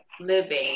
living